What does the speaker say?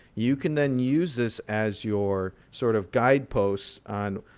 you can then use this as your sort of guide posts on,